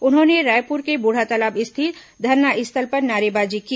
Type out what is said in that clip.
उन्होंने रायपुर के बूढ़ातालाब स्थित धरनास्थल पर नारेबाजी की